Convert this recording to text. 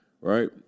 right